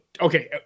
okay